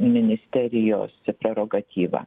ministerijos prerogatyva